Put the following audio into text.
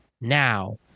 Now